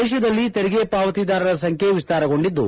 ದೇಶದಲ್ಲಿ ತೆರಿಗೆ ಪಾವತಿದಾರರ ಸಂಖ್ಯೆ ವಿಸ್ತಾರಗೊಂಡಿದ್ದು